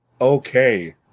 Okay